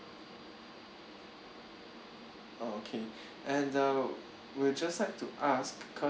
orh okay and uh we'll just like to ask because